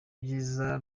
vyiza